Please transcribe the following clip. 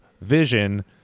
vision